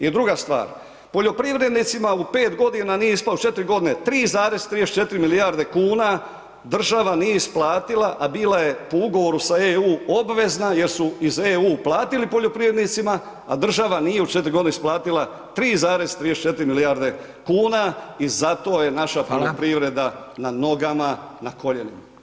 I druga stvar, poljoprivrednicima u 5 godina nije ... godine 3,34 milijarde kuna država nije isplatila, a bila je po ugovoru sa EU obvezna jer su iz EU platili poljoprivrednicima, a država nije u 4 godine isplatila 3,34 milijarde kuna i zato je naša poljoprivreda [[Upadica: Hvala.]] na nogama, na koljenima.